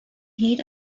heat